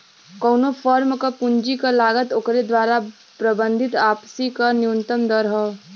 कउनो फर्म क पूंजी क लागत ओकरे द्वारा प्रबंधित वापसी क न्यूनतम दर हौ